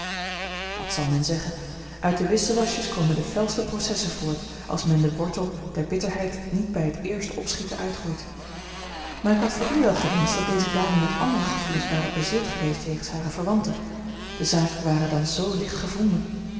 wat zal men zeggen uit de wissewasjes komen de felste processen voort als men den wortel der bitterheid niet bij het eerste opschieten uitroeit maar ik had voor u wel gewenscht dat deze dame met andere gevoelens ware bezield geweest jegens hare verwanten de zaak ware dan zoo licht gevonden